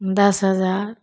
दस हजार